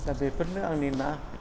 दा बेफोरनो आंनि ना